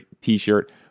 t-shirt